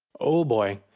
oh boy,